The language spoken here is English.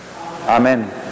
Amen